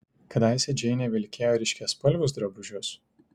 kadaise džeinė vilkėjo ryškiaspalvius drabužius